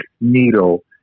needle